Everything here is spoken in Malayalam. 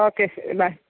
ഓക്കേ ശരി ബൈ